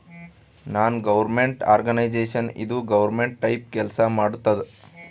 ನಾನ್ government organisation ಇದು government type ಕೆಲ್ಸಾ ಮಾಡತ್ತುದ್